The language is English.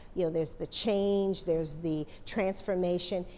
you know, there's the change, there's the transformation.